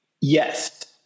Yes